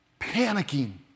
panicking